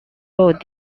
not